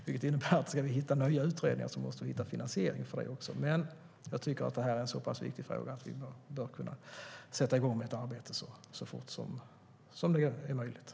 Det innebär att vi måste hitta finansiering för nya utredningar. Men jag tycker att det här är en så pass viktig fråga att vi bör kunna sätta igång med ett arbete så fort det är möjligt.